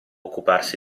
occuparsi